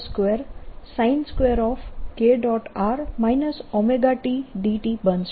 r ωt dt બનશે